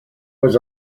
was